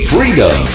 Freedom